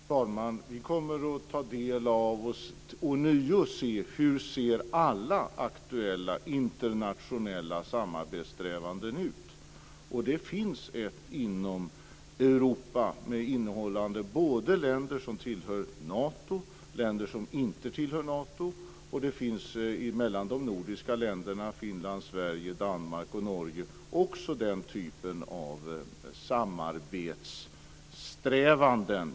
Fru talman! Vi kommer att ta del av och ånyo undersöka hur alla aktuella internationella samarbetssträvanden ser ut, och det finns ett samarbete inom Europa innehållande både länder som tillhör Nato och länder som inte tillhör Nato. Den typen av samarbetssträvanden finns också mellan de nordiska länderna Finland, Sverige, Danmark och Norge.